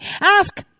Ask